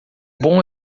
bom